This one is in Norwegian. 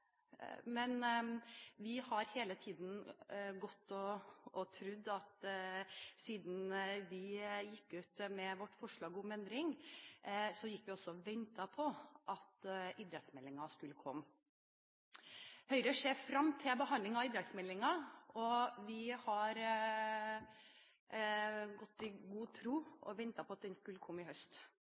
men vi har helt siden vi gikk ut med vårt forslag om endring, gått og ventet på at idrettsmeldingen skulle komme. Høyre ser frem til behandlingen av idrettsmeldingen, og vi har i god tro gått og ventet på at den skulle komme i høst.